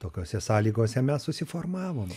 tokiose sąlygose mes susiformavom